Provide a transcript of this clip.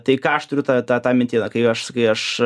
tai ką aš turiu tą tą tą mintyje kai aš kai aš